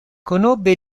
conobbe